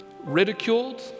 ridiculed